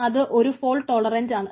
അത് ഒരു fault tolerant ആണ്